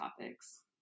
topics